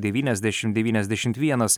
malagos devyniasdešimt devyniasdešimt vienas